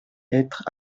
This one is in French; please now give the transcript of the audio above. être